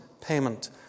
payment